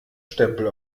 stempel